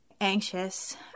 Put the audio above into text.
anxious